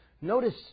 Notice